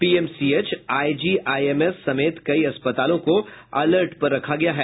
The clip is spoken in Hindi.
पीएमसीएच आईजीआईएमएस समेत कई अस्पतालों को अलर्ट पर रखा गया है